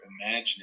imagining